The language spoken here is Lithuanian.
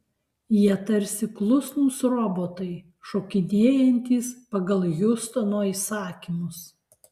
jie tarsi klusnūs robotai šokinėjantys pagal hiustono įsakymus